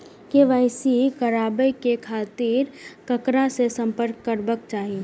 KYC कराबे के खातिर ककरा से संपर्क करबाक चाही?